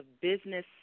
business